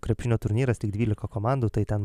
krepšinio turnyras tik dvylika komandų tai ten